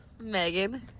Megan